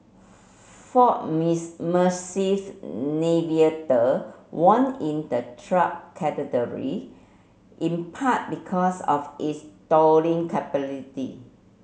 ford massive Navigator won in the truck category in part because of its towing capability